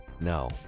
No